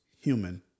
human